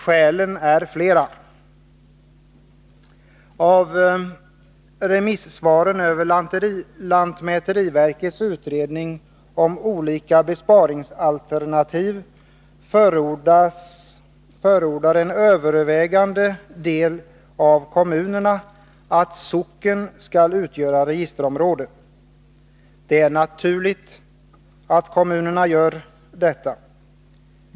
Skälen härtill är flera. Av remissvaren beträffande lantmäteriverkets utredning om olika besparingsalternativ framgår att en övervägande del av kommunerna förordar att socken skall utgöra registerområde. Det är naturligt att kommunerna gör det.